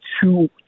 two